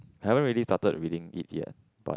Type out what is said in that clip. I haven't really started reading it yet but